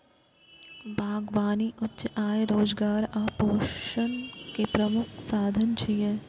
बागबानी उच्च आय, रोजगार आ पोषण के प्रमुख साधन छियै